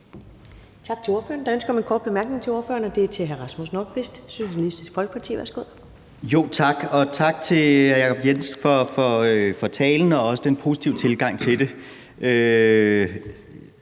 Tak til ordføreren. Der er ønske om en kort bemærkning til ordføreren, og det er fra hr. Rasmus Nordqvist, Socialistisk Folkeparti. Værsgo. Kl. 15:35 Rasmus Nordqvist (SF): Tak, og tak til hr. Jacob Jensen for talen og også for den positive tilgang til det.